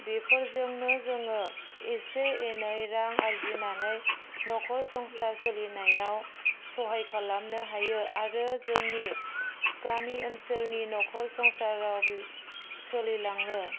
बेफोरजोंनो जोङो एसे एनै रां आरजिनानै नख'र संसार सोलिनायाव सहाय खालामनो हायो आरो जोंनि गामि ओनसोलनि नख'र संसाराव सोलिलाङो